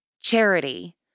charity